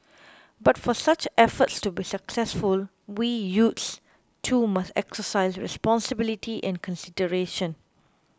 but for such efforts to be successful we youths too must exercise responsibility and consideration